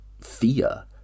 fear